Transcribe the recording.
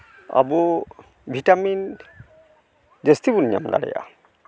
ᱟᱵᱚ ᱵᱷᱤᱴᱟᱢᱤᱱ ᱡᱟ ᱥᱛᱤ ᱵᱚᱱ ᱧᱟᱢ ᱫᱟᱲᱮᱭᱟᱜᱼᱟ